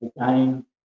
again